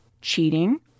cheating